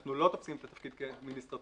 אנחנו לא תופסים את התפקיד כאדמיניסטרטיבי.